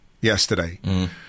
yesterday